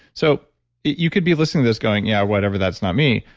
so you could be listening to this going, yeah, whatever. that's not me.